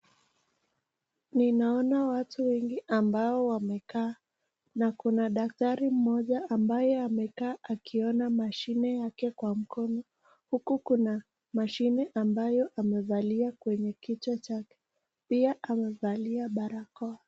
Ninaona watu wengi ambao wamekaa na kuna daktari moja ambaye amekaa akiona mashine yake kwa mkono huku kuna mashine ambayo amevalia kwenye kichwa chake. Pia amevalia barakoa.